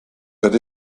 but